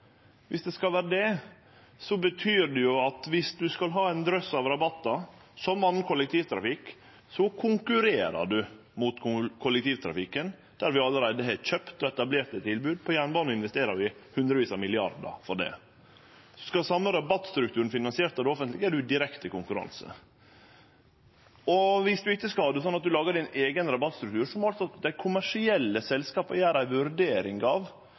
det skal vere det, betyr det at dersom ein skal ha ein drøss av rabattar, som annan kollektivtrafikk, konkurrerer ein mot kollektivtrafikken der vi allereie har kjøpt og etablert eit tilbod. På jernbanen investerer vi hundrevis av milliardar for det. Dersom ein skal ha same rabattstrukturen finansiert av det offentlege, er ein i direkte konkurranse, og dersom ein ikkje skal ha det, slik at ein lagar sin eigen rabattstruktur, må dei kommersielle selskapa gjere ei vurdering av